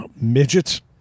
Midgets